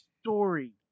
story